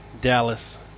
Dallas